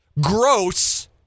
Gross